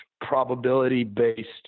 probability-based